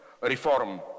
reform